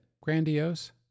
grandiose